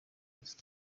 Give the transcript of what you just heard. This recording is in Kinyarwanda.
muziki